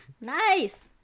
Nice